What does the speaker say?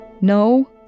No